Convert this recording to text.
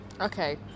Okay